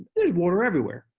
there's water everywhere.